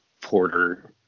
Porter